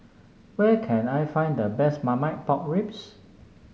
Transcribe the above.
where can I find the best Marmite Pork Ribs